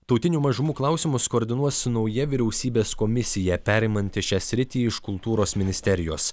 tautinių mažumų klausimus koordinuos nauja vyriausybės komisija perimanti šią sritį iš kultūros ministerijos